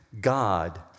God